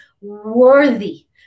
worthy